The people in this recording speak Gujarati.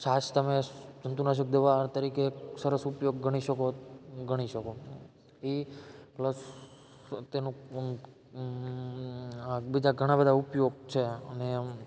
છાસ તમે જંતુનાશક દવા તરીકે સરસ ઉપયોગ ગણી શકો ગણી શકો એ પ્લસ તેનું બીજા ઘણાં બધાં ઉપયોગ છે અને